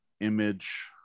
image